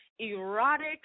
erotic